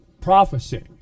prophecy